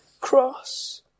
cross